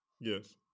yes